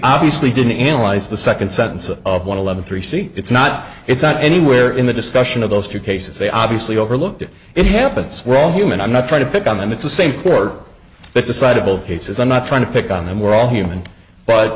obviously didn't analyze the second sentence of one eleven three c it's not it's not anywhere in the discussion of those two cases they obviously overlooked if it happens we're all human i'm not trying to pick on them it's the same court that decided both cases i'm not trying to pick on them we're all human but